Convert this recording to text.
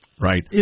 Right